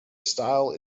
style